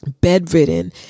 bedridden